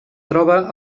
troba